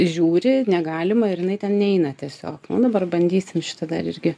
žiūri negalima ir jinai ten neina tiesiog o dabar bandysim šitą dar irgi